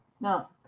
Now